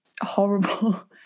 horrible